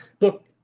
Look